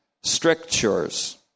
strictures